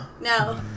No